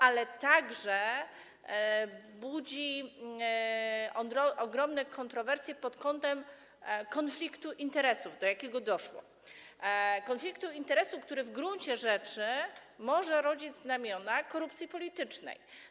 Ale budzi to ogromne kontrowersje także pod kątem konfliktu interesów, do jakiego doszło, konfliktu interesów, który w gruncie rzeczy może nosić znamiona korupcji politycznej.